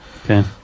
okay